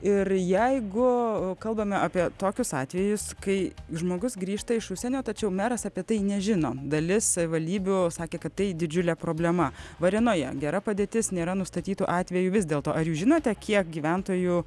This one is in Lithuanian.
ir jeigu kalbame apie tokius atvejus kai žmogus grįžta iš užsienio tačiau meras apie tai nežino dalis savivaldybių sakė kad tai didžiulė problema varėnoje gera padėtis nėra nustatytų atvejų vis dėlto ar jūs žinote kiek gyventojų